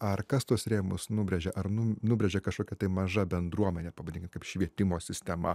ar kas tuos rėmus nubrėžė ar nub nubrėžė kažkokia tai maža bendruomenė pavadinkim kaip švietimo sistema